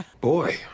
Boy